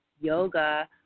yoga